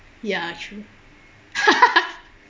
ya true